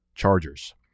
chargers